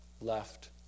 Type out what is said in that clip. left